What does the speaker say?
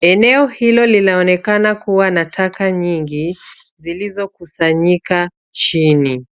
Eneo hilo linaonekana kuwa na taka nyingi zilizokusanyika chini.